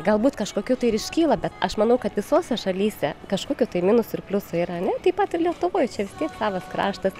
galbūt kažkokių tai ir iškyla bet aš manau kad visose šalyse kažkokių minusų ir pliusų yra ne taip pat ir lietuvoj čia vis tiek savas kraštas